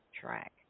track